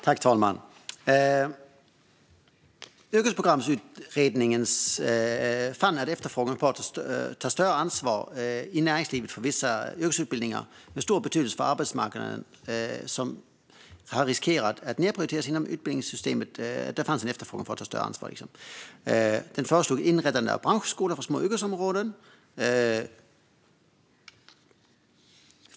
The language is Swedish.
Herr talman! Yrkesprogramsutredningen fann en efterfrågan på att ta större ansvar i näringslivet för vissa yrkesutbildningar med stor betydelse för arbetsmarknaden som riskerar att nedprioriteras inom utbildningssystemet. Utredningen föreslog ett inrättande av branschskolor för små yrkesområden.